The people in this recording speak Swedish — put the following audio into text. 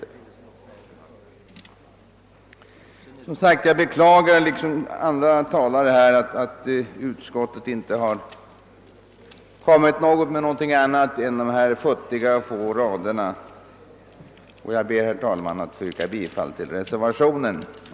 Jag beklagar som sagt, liksom andra talare här, att utskottet inte har kunnat komma med något annat än dessa futtiga få rader. Jag ber, herr talman, att få yrka bifall till reservationen.